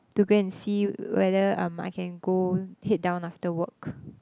to go and see whether um I can go head down after work